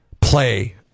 play